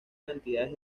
cantidades